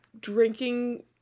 drinking